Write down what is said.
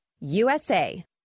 USA